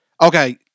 Okay